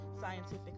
Scientific